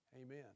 Amen